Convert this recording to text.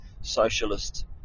socialist